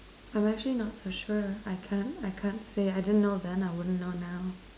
I'm actually not so sure I can't I can't say I didn't know then I wouldn't know now